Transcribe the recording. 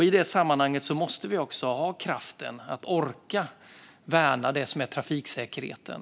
I det sammanhanget måste vi också ha kraften att orka värna trafiksäkerheten.